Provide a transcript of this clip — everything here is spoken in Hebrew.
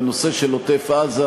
בנושא של עוטף-עזה,